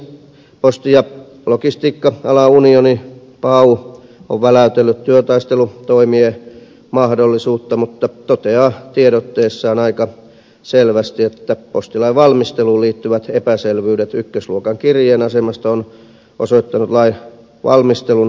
posti ja logistiikka alan unioni pau on väläytellyt työtaistelutoimien mahdollisuutta mutta toteaa tiedotteessaan aika selvästi että postilain valmisteluun liittyvät epäselvyydet ykkösluokan kirjeen asemasta on osoittanut lain valmistelun luokattomuuden